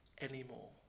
anymore